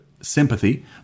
sympathy